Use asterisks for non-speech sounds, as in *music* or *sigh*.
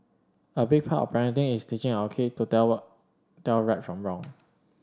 a big part of parenting is teaching our kid to tell *unintelligible* tell right from wrong